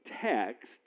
text